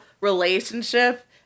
relationship